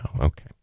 Okay